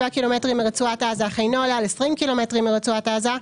קילומטרים מרצועת עזה אך אינו עולה על 20 קילומטרים מרצועת עזה,